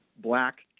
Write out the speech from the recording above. black